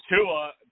Tua